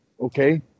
okay